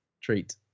treat